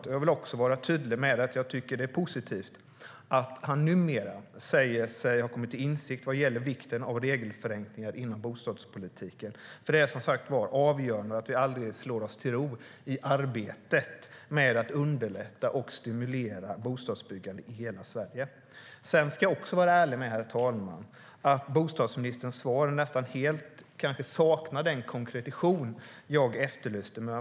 Jag vill också vara tydlig med att jag tycker att det är positivt att han numera säger sig ha kommit till insikt om vikten av regelförenklingar inom bostadspolitiken. Det är, som sagt var, avgörande att vi aldrig slår oss till ro i arbetet med att underlätta och stimulera bostadsbyggande i hela Sverige.Sedan ska jag också vara ärlig med, herr talman, att bostadsministerns svar nästan helt saknar den konkretion jag efterlyste.